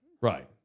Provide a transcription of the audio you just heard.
Right